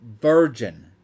virgin